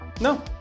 No